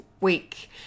week